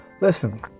listen